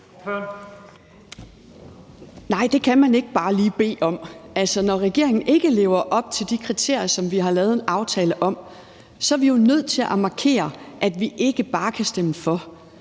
Nej, det kan man ikke bare lige bede om. Altså, når regeringen ikke lever op til de kriterier, som vi har lavet en aftale om, er vi jo nødt til at markere, at vi ikke bare kan stemme for.